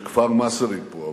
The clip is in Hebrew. יש כפר-מסריק פה,